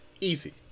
Easy